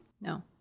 No